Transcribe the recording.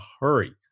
hurry